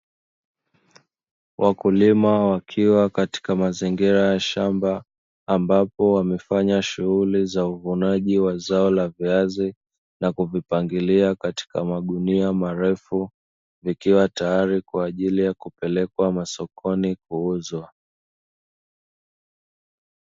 Wakulima wakiwa katika mazingira ya shamba ambapo wamefanya shughuli za uvunaji wa zao la viazi na kuvipangilia katika magunia marefu, vikiwa tayari kwa ajili ya kupelekwa masokoni kuuzwa.